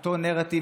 אותו נרטיב